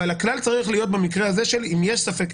אבל הכלל צריך להיות במקרה הזה: אם יש ספק,